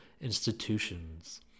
institutions